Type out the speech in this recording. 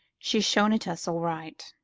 she's shown it us all right.